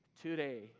today